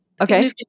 Okay